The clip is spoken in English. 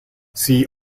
see